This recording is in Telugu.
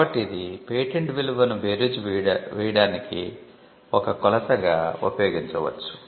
కాబట్టి ఇది పేటెంట్ విలువను బేరీజు వేయడానికి ఒక కొలతగా ఉపయోగించవచ్చు